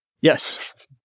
Yes